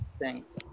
Thanks